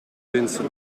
wensen